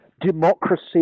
democracy